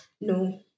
No